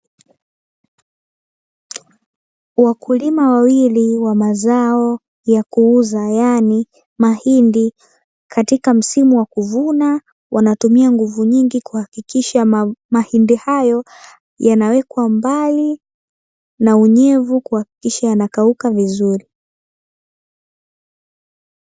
Wakulima wawili wa mazao ya kuuza yaani mahindi katika msimu wa kuvuna wanatumia nguvu nyingi kuhakikisha mahindi hayo yanawekwa mbali na unyevu kuhakikisha yanakauka vizuri.